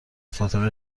فاطمه